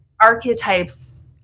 archetypes